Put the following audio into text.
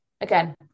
again